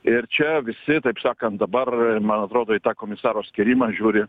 ir čia visi taip sakant dabar man atrodo į tą komisaro skyrimą žiūri